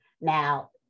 Now